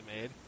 made